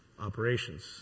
operations